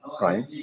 right